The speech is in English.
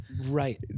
Right